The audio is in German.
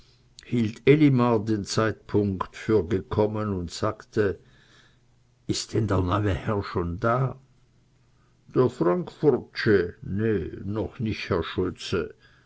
den ersehnten zeitpunkt für gekommen und sagte ist denn der neue herr schon da der frankfurtsche ne noch nich herr